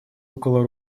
около